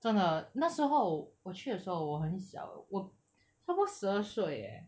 真的那时候我去的时候我很小我差不多十二岁 eh